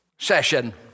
session